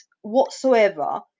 whatsoever